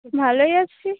ভালোই আছি